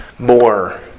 more